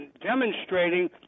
demonstrating